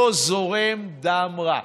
לא זורם דם רע.